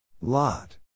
Lot